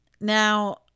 Now